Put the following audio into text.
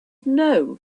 know